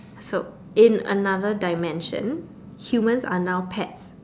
so in another dimension humans are now pets